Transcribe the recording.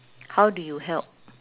how do you help